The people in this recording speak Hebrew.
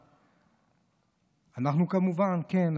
כן,